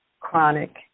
chronic